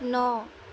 ন